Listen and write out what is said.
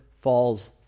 falls